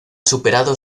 superado